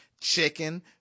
chicken